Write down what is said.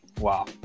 Wow